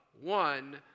one